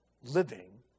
living